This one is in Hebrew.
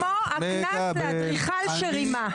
כמו הקנה לאדריכל שרימה.